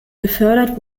gefördert